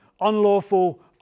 unlawful